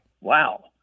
Wow